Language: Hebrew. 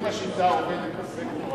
אם השיטה עובדת בסקטור הפרטי,